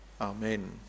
Amen